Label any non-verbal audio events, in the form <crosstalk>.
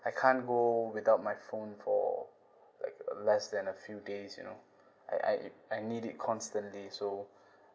I can't go without my phone for like less than a few days you know <breath> I I I need it constantly so <breath>